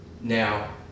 Now